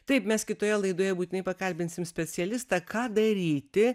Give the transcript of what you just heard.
taip mes kitoje laidoje būtinai pakalbinsim specialistą ką daryti